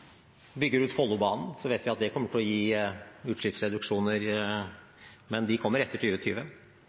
at det kommer til å gi utslippsreduksjoner, men de kommer etter